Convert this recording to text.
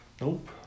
Nope